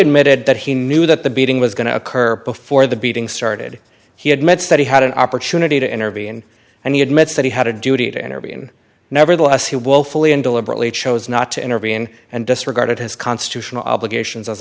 admitted that he knew that the beating was going to occur before the beating started he admits that he had an opportunity to intervene and he admits that he had a duty to intervene nevertheless he woefully and deliberately chose not to intervene and disregarded his constitutional obligations as